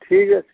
ঠিক আছে